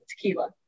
tequila